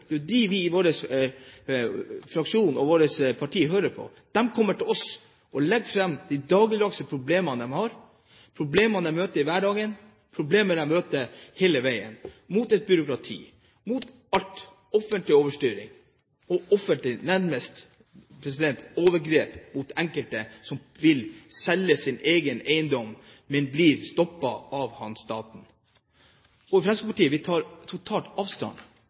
møter i hverdagen, problemer de møter hele veien, mot et byråkrati, mot all offentlig overstyring og et offentlig nærmest overgrep mot enkelte som vil selge sin egen eiendom, men blir stoppet av staten. Fremskrittspartiet tar totalt avstand fra at staten nærmest som en diktaturstat skal gå inn og fortelle hva hver enkelt kan forhandle fram av pris. Vi